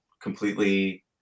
completely